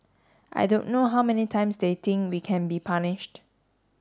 I don't know how many times they think we can be punished